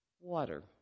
water